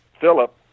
Philip